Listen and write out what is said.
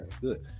good